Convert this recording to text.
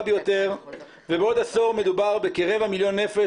ביותר ובעוד עשור מדובר בכרבע מיליון נפש,